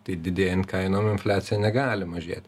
tai didėjant kainom infliacija negali mažėti